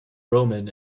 roman